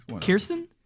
Kirsten